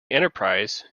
enterprise